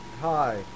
Hi